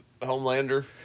Homelander